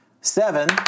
Seven